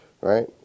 right